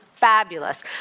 fabulous